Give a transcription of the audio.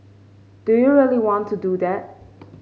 do you really want to do that